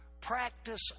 practice